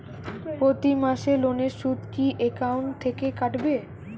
প্রতি মাসে লোনের সুদ কি একাউন্ট থেকে কাটবে?